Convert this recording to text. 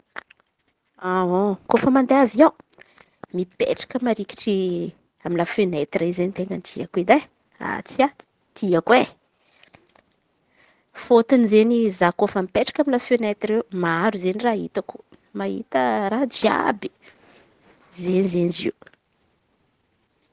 Kôfa mande aviô mipetraky marikitry amy la fenaitira zey ten̈a tiako edy e. Atsia, tiako e! Fôtony izen̈y za kôfa mipetraka amy la fenaitre eo maro izen̈y raha hitako mahita raha jiàby izen̈y zey izy io.